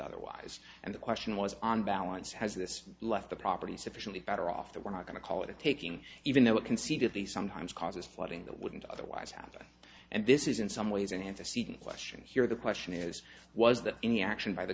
otherwise and the question was on balance has this left the property sufficiently better off that we're not going to call it a taking even though it conceded they sometimes causes flooding that wouldn't otherwise happen and this is in some ways an antecedent question here the question is was that any action by the